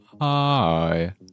hi